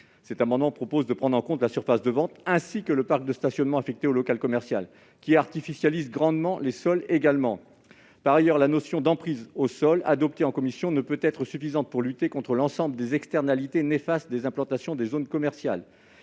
Il s'agit en outre de prendre en compte la surface de vente et celle du parc de stationnement affecté au local commercial, lequel artificialise aussi grandement les sols. Par ailleurs, la notion d'emprise au sol, adoptée en commission, ne peut être suffisante pour lutter contre l'ensemble des externalités néfastes des implantations des zones commerciales.